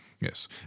yes